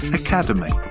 academy